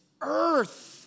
earth